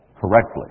correctly